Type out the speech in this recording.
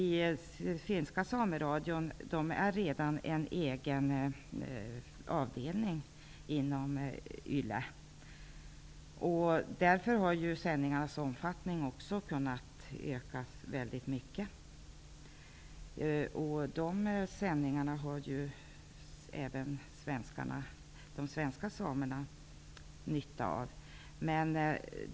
Finska Sameradion är redan en egen avdelning inom YLE, och därför har sändningarnas omfattning också kunnat ökas väldigt mycket. De sändningarna har även de svenska samerna nytta av.